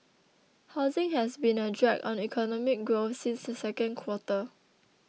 housing has been a drag on economic growth since the second quarter